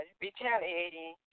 retaliating